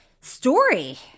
story